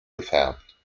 gefärbt